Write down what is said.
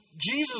Jesus